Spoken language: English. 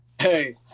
Hey